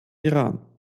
iran